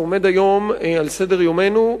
שעומד היום על סדר-יומנו,